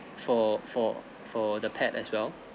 for for for the pet as well